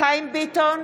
חיים ביטון,